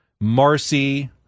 Marcy